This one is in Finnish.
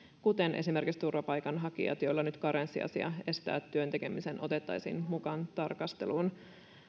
kuten esimerkiksi turvapaikanhakijat joilla nyt karenssiasia estää työn tekemisen otettaisiin mukaan tarkasteluun